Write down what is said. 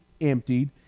emptied